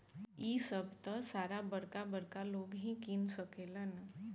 इ सभ त सारा बरका बरका लोग ही किन सकेलन